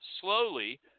slowly